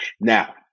Now